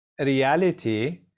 reality